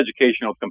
educational